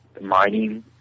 mining